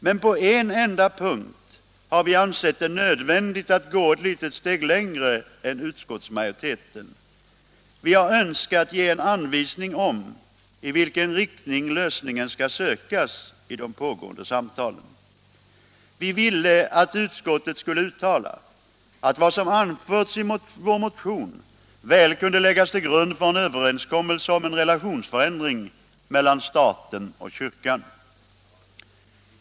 Men på en enda punkt har vi ansett det nödvändigt att gå ett litet steg längre än utskottsmajoriteten. Vi har önskat ge en anvisning om i vilken riktning lösningen skall sökas i de pågående samtalen. Vi ville att utskottet skulle uttala att vad som anförts i vår motion väl kunde läggas till grund för en överenskommelse om en relationsförändring mellan staten och kyrkan.